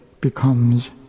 becomes